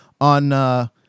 on